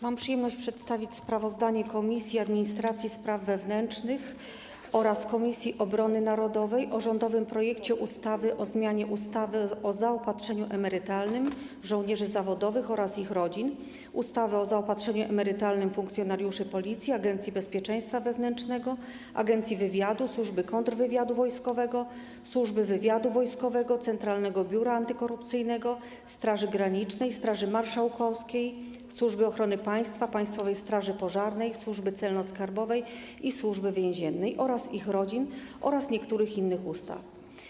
Mam przyjemność przedstawić sprawozdanie Komisji Administracji i Spraw Wewnętrznych oraz Komisji Obrony Narodowej o rządowym projekcie ustawy o zmianie ustawy o zaopatrzeniu emerytalnym żołnierzy zawodowych oraz ich rodzin, ustawy o zaopatrzeniu emerytalnym funkcjonariuszy Policji, Agencji Bezpieczeństwa Wewnętrznego, Agencji Wywiadu, Służby Kontrwywiadu Wojskowego, Służby Wywiadu Wojskowego, Centralnego Biura Antykorupcyjnego, Straży Granicznej, Straży Marszałkowskiej, Służby Ochrony Państwa, Państwowej Straży Pożarnej, Służby Celno-Skarbowej i Służby Więziennej oraz ich rodzin oraz niektórych innych ustaw.